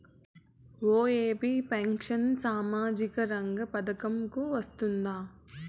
OAP pension సామాజిక రంగ పథకం కు వస్తుందా?